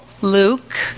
Luke